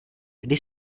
kdy